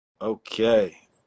Okay